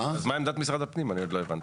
אז מה עמדת משרד הפנים אי עוד לא הבנתי?